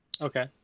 okay